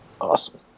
Awesome